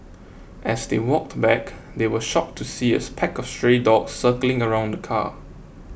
as they walked back they were shocked to see its pack of stray dogs circling around the car